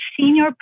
senior